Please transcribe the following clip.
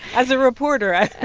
as a reporter. i'm